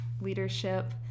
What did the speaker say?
leadership